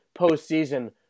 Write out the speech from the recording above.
postseason